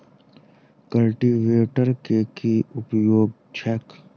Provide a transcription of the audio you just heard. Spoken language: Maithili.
कल्टीवेटर केँ की उपयोग छैक?